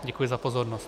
Děkuji za pozornost.